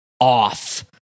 off